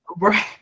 Right